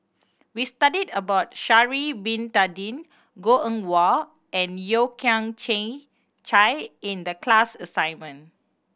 we studied about Sha'ari Bin Tadin Goh Eng Wah and Yeo Kian Chye in the class assignment